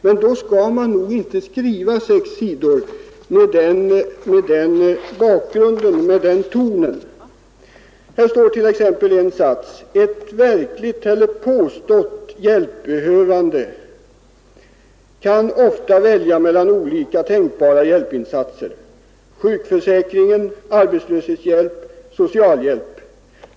Men då skall man nog inte skriva sex sidor med den ton som är angiven. Här står t.ex. på s. 122: ”En verkligt eller påstått hjälpbehövande kan ofta välja mellan olika tänkbara hjälpinsatser: sjukförsäkring, arbetslöshetshjälp, socialhjälp, osv.